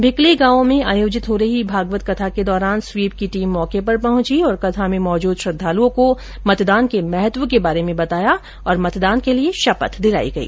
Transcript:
भिकली गांव में आयोजित हो रही भागवत कथा के दौरान स्वीप की टीम मौके पर पहुंची और कथा में मौजूद श्रद्दालुओं को मतदान के महत्व के बारे में बताया गया तथा मतदान के लिये शपथ दिलाई गई